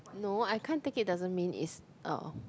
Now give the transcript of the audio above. no I can't it doesn't mean is a